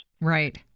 Right